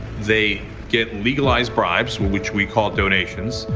they get legalized bribes which we call donations.